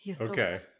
Okay